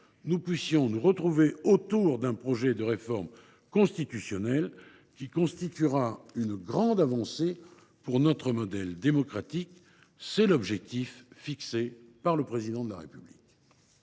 nous parvenions à nous retrouver autour d’un projet de réforme constitutionnelle qui constituera une grande avancée pour notre modèle démocratique. Tel est bien l’objectif fixé par le Président de la République.